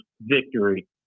victory